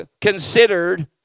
considered